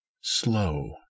slow